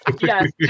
Yes